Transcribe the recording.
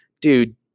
dude